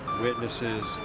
witnesses